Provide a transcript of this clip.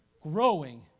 growing